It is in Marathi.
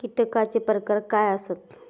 कीटकांचे प्रकार काय आसत?